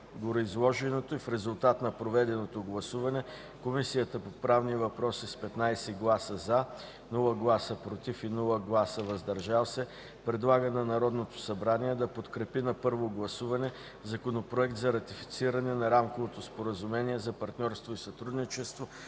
гореизложеното и в резултат на проведеното гласуване, Комисията по правни въпроси с 15 гласа „за”, без „против” и „въздържали се”, предлага на Народното събрание да подкрепи на първо гласуване Законопроект за ратифициране на Рамковото споразумение за партньорство и сътрудничество